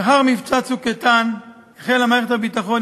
לאחר מבצע "צוק איתן" החלה מערכת הביטחון,